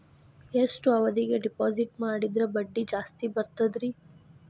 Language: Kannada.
ಎಷ್ಟು ಅವಧಿಗೆ ಡಿಪಾಜಿಟ್ ಮಾಡಿದ್ರ ಬಡ್ಡಿ ಜಾಸ್ತಿ ಬರ್ತದ್ರಿ?